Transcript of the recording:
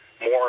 more